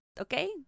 okay